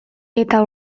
eta